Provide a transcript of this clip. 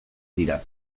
dira